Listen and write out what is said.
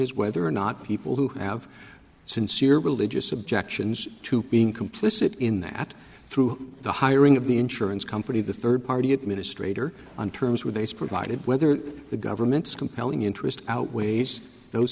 is whether or not people who have sincere religious objections to being complicit in that through the hiring of the insurance company the third party administrator on terms with ace provided whether the government's compelling interest outweighs those